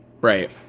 Right